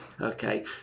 Okay